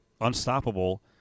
unstoppable